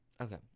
okay